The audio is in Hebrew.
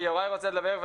כי יוראי רוצה לדבר,